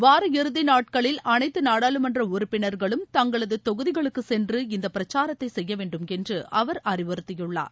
வார இறுதி நாட்களில் அனைத்து நாடாளுமன்ற உறுப்பினர்களும் தங்கள்து தொகுதிகளுக்குச்சென்று இந்த பிரச்சாரத்தை செய்ய வேண்டும் என்று அவர் அறிவுறுத்தியுள்ளார்